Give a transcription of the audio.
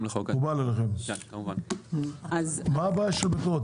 מה הבעיה של מקורות?